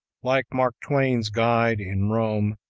like mark twain's guide in rome,